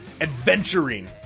Adventuring